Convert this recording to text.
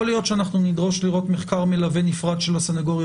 יכול להיות שנדרוש לראות מחקר מלווה נפרד של הסנגוריה